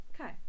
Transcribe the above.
Okay